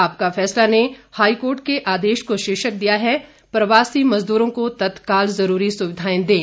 आपका फैसला ने हाईकोर्ट के आदेश को शीर्षक दिया है प्रवासी मजद्रों को तत्काल जरूरी सुविधाएं दें